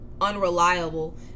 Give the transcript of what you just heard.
unreliable